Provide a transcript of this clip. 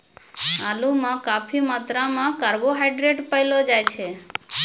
आलू म काफी मात्रा म कार्बोहाइड्रेट पयलो जाय छै